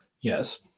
Yes